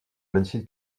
médecine